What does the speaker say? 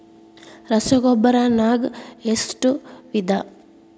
ರಸಗೊಬ್ಬರ ನಾಗ್ ಎಷ್ಟು ವಿಧ?